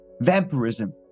vampirism